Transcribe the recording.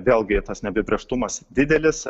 vėlgi tas neapibrėžtumas didelis